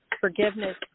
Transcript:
forgiveness